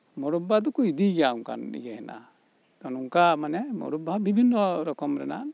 ᱢᱚᱣᱨᱚᱵᱵᱟ ᱫᱚᱠᱚ ᱤᱫᱤᱭ ᱜᱮᱭᱟ ᱚᱱᱠᱟᱱ ᱤᱭᱟᱹ ᱦᱮᱱᱟᱜᱼᱟ ᱛᱚ ᱱᱚᱝᱠᱟ ᱢᱟᱱᱮ ᱢᱚᱣᱨᱚᱵᱵᱟ ᱦᱚᱸ ᱵᱤᱵᱷᱤᱱᱱ ᱨᱚᱠᱚᱢ ᱨᱮᱱᱟᱜ